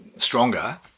stronger